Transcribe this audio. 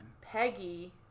Peggy